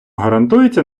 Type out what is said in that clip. гарантується